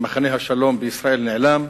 מחנה השלום בישראל נעלם,